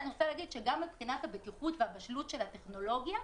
אני רוצה להגיד שגם מבחינת הבטיחות והבשלות של הטכנולוגיה,